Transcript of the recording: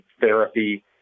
therapy